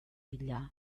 bila